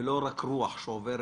לא רק רוח שעוברת?